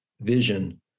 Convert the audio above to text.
vision